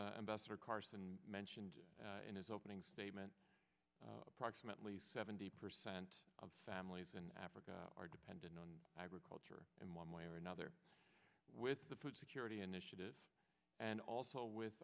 ambassador carson mentioned in his opening statement approximately seventy cent of families in africa are dependent on agriculture in one way or another with the food security initiative and also with